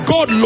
God